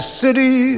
city